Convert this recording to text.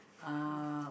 uh